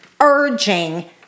urging